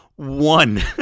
one